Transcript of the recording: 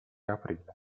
aprile